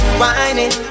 whining